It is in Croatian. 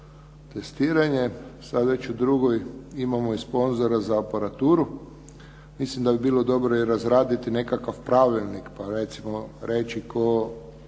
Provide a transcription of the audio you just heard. testiranje, sada već u drugoj imamo i sponzora za aparaturu. Mislim da bi bilo dobro i razraditi nekakav pravilnik pa recimo reći tko